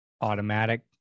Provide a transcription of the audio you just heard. automatic